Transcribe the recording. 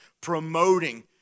promoting